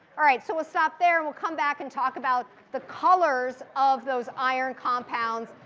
all right, so we'll stop there. we'll come back and talk about the colors of those iron compounds.